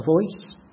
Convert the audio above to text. voice